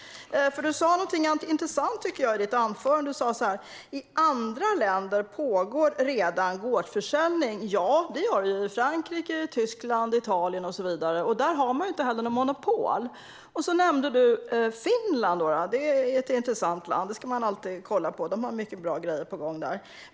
Du sa något intressant i ditt anförande, Sten, för du sa att det redan pågår gårdsförsäljning i andra länder. Ja, det gör det, i Frankrike, Tyskland, Italien och så vidare, men där har man inte något monopol. Du nämnde också Finland. Det är ett intressant land som man alltid ska kolla på, för där har de många bra grejer på gång.